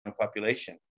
population